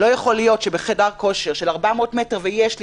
לא יכול להיות שבחדר כושר של 400 מטר ויש לי